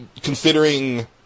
considering